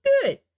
good